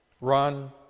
run